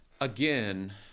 again